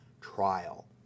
trial